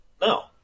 No